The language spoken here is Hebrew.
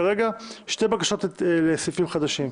כרגע יש שתי בקשות: בקשה של חברת הכנסת איילת ושקד,